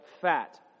fat